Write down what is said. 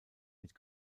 mit